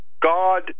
God